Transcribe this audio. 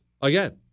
Again